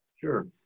Sure